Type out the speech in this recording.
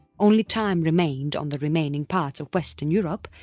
only time remained on the remaining parts of western europe,